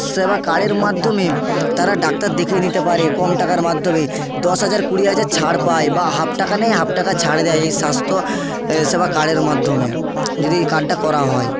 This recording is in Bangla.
সেবা কার্ডের মাধ্যমে তারা ডাক্তার দেখিয়ে নিতে পারে কম টাকার মাধ্যমে দশ হাজার কুড়ি হাজার ছাড় পায় বা হাফ টাকা নেয় হাফ টাকা ছাড় দেয় এই স্বাস্থ্য সেবা কার্ডের মাধ্যমে যদি এই কার্ডটা করা হয়